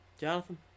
Jonathan